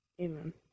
Amen